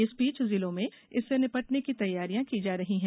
इस बीच जिलों में इससे निपटने की तैयारियां की जा रही है